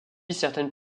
certaines